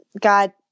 God